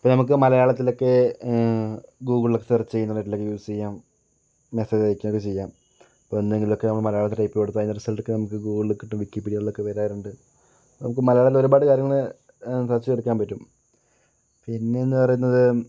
അപ്പോൾ നമുക്ക് മലയാളത്തിലൊക്കെ ഗൂഗിളിലൊക്കെ സർച്ച് ചെയ്യുന്നതിനായിട്ടുള്ളതൊക്കെ യൂസ് ചെയ്യാം മെസ്സേജ് അയക്കുകയൊക്കെ ചെയ്യാം ഇപ്പോൾ എന്തെങ്കിലും ഒക്കെ നമ്മൾ മലയാളത്തിൽ ടൈപ്പ് ചെയ്ത് കൊടുത്താൽ അതിൻ്റെ റിസൽറ്റൊക്കെ നമുക്ക് ഗൂഗിളിൽ കിട്ടും വിക്കിപീഡിയകളിലൊക്കെ വരാറുണ്ട് നമുക്ക് മലയാളത്തിൽ ഒരുപാട് കാര്യങ്ങൾ എന്താ വെച്ചാൽ എടുക്കാൻ പറ്റും പിന്നെയെന്നു പറയുന്നത്